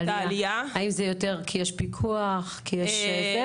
האם זה בגלל שיש יותר פיקוח או משהו אחר?